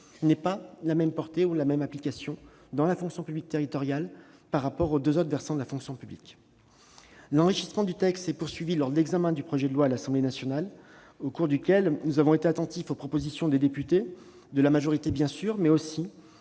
n'aient pas la même portée ou la même application dans la fonction publique territoriale et dans les deux autres versants de la fonction publique. L'enrichissement du texte s'est poursuivi lors de l'examen du projet de loi à l'Assemblée nationale, au cours duquel nous avons été attentifs aux propositions des députés de la majorité bien sûr, mais aussi